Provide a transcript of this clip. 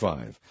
Five